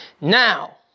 Now